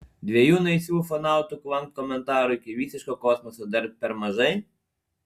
dviejų naisių ufonautų kvankt komentarų iki visiško kosmoso dar per mažai